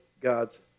God's